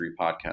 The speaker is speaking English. Podcast